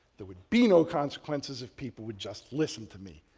there would be no consequences if people would just listen to me.